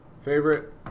favorite